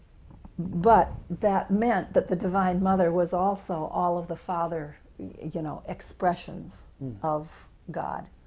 but, that meant that the divine mother was also all of the father you know expressions of god.